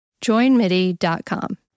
Joinmidi.com